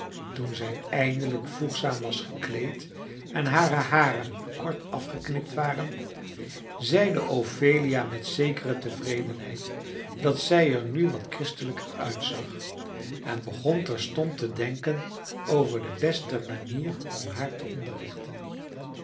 toen zij eindelijk voegzaam was gekleed en hare haren kort afgeknipt waren zeide ophelia met zekere tevredenheid dat zij er nu wat christelijker uitzag en begon terstond te denken over de beste manier om haar te